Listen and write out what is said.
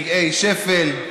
רגעי שפל,